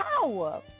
power